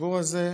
לציבור הזה,